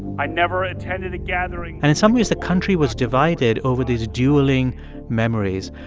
i never attended a gathering. and in some ways, the country was divided over these dueling memories.